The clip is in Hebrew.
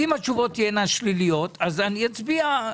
אם התשובות תהיינה שליליות יש לי חסינות,